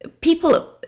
people